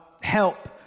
help